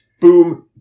boom